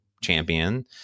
champion